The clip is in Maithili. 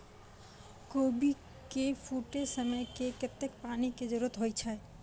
कोबी केँ फूटे समय मे कतेक पानि केँ जरूरत होइ छै?